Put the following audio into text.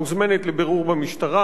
מוזמנת לבירור במשטרה.